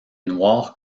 noirs